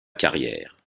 carrière